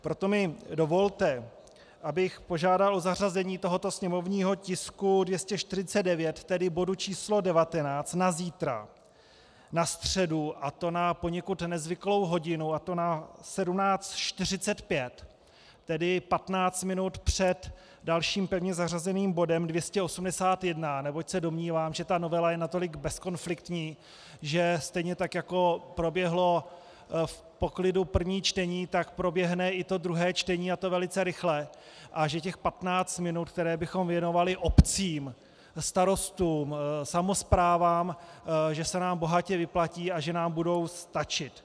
Proto mi dovolte, abych požádal o zařazení tohoto sněmovního tisku 249, tedy bodu číslo 19, na zítra, na středu, a to na poněkud nezvyklou hodinu, na 17.45, tedy patnáct minut před dalším pevně zařazeným bodem 281, neboť se domnívám, že ta novela je natolik bezkonfliktní, že stejně jako proběhlo v poklidu první čtení, tak proběhne i druhé čtení, a to velice rychle, a že těch patnáct minut, které bychom věnovali obcím, starostům, samosprávám, se nám bohatě vyplatí a že nám budou stačit.